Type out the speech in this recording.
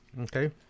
Okay